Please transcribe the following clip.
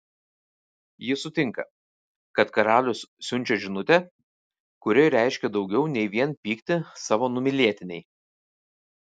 ji sutinka kad karalius siunčia žinutę kuri reiškia daugiau nei vien pyktį savo numylėtinei